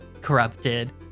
corrupted